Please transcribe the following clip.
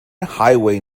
highway